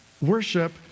Worship